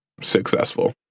successful